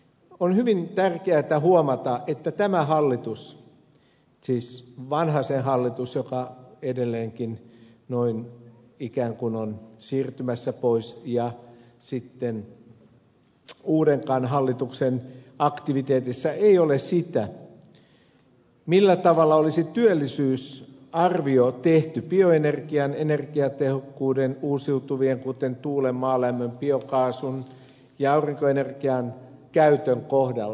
on hyvin tärkeätä huomata että tämän hallituksen siis vanhasen hallituksen joka edelleenkin noin ikään kuin on siirtymässä pois ja sitten uudenkaan hallituksen aktiviteetissa ei ole sitä millä tavalla olisi työllisyysarvio tehty bioenergian energiatehokkuuden uusiutuvien kuten tuulen maalämmön biokaasun ja aurinkoenergian käytön kohdalla